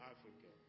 Africa